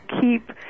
keep